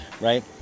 right